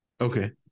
Okay